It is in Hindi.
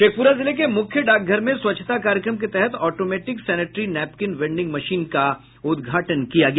शेखपुरा जिले के मुख्य डाकघर में स्वच्छता कार्यक्रम के तहत automatic sanitary napkin vending machine का उदघाटन किया गया